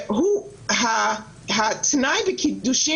והוא התנאי לקידושין,